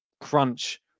crunch